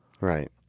Right